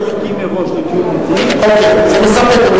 אם יסכים מראש בתיאום אתי, זה מספק אותך.